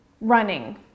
running